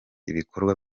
ibikorwa